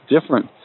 different